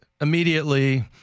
immediately